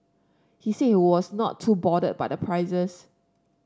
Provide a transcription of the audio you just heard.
he said he was not too bothered by the prices